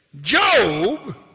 Job